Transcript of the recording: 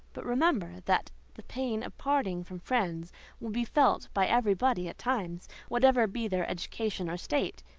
but remember that the pain of parting from friends will be felt by every body at times, whatever be their education or state.